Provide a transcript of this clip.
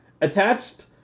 attached